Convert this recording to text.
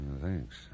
Thanks